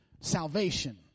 Salvation